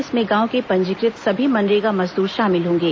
इसमें गांव के पंजीकृत सभी मनरेगा मजदूर शामिल होंगे